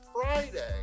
Friday